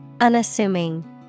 Unassuming